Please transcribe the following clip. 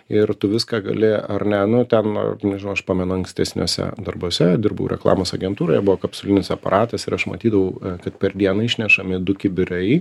ir tu viską gali ar ne nu ten nežinau aš pamenu ankstesniuose darbuose dirbau reklamos agentūroje buvo kapsulinis aparatas ir aš matydavau kad per dieną išnešami du kibirai